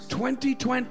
2020